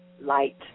light